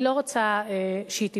ואני לא רוצה שהיא תיפול,